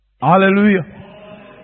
Hallelujah